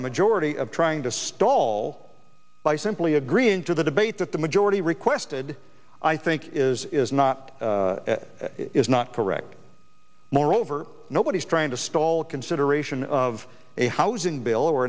the majority of trying to stall by simply agreeing to the debate that the majority requested i think is is not is not correct moreover nobody is trying to stall consideration of a housing bill or